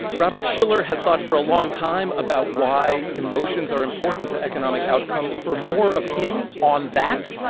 robert shiller has thought for a long time about why emotions are important to economic outcomes. for more of him on that,